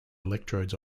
electrodes